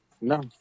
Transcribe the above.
No